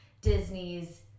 Disney's